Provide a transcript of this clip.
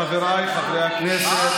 חבריי חברי הכנסת,